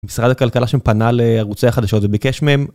משרד הכלכלה שם פנה לערוצי החדשות וביקש מהם.